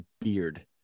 beard